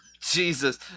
Jesus